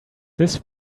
this